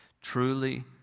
Truly